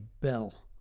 Bell